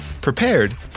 prepared